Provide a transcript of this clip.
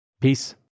Peace